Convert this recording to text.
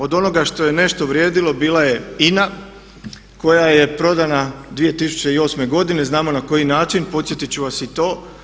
Od onoga što je nešto vrijedilo bila je INA koja je prodana 2008. godine, znamo na koji način, podsjetiti ću vas i to.